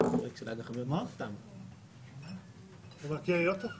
9 בספטמבר 2021. לפני שאני מתחיל את הישיבה